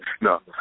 No